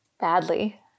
badly